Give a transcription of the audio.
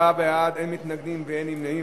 34 בעד, אין מתנגדים ואין נמנעים.